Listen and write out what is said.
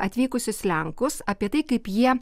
atvykusius lenkus apie tai kaip jie